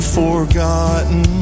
forgotten